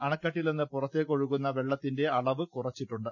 അണക്കെട്ടിൽനിന്ന് പുറത്തേക്ക് ഒഴുകുന്ന വെള്ളത്തിന്റെ അളവ് കുറച്ചിട്ടുണ്ട്